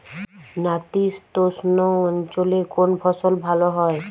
নাতিশীতোষ্ণ অঞ্চলে কোন ফসল ভালো হয়?